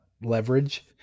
leverage